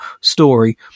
story